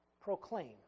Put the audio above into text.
proclaim